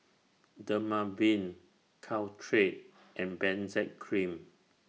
Dermaveen Caltrate and Benzac Cream